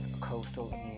Coastal